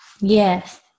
Yes